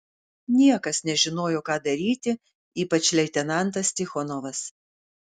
niekas nežinojo ką daryti ypač leitenantas tichonovas